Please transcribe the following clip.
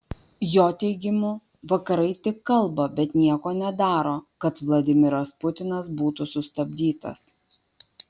jo teigimu vakarai tik kalba bet nieko nedaro kad vladimiras putinas būtų sustabdytas